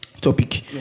topic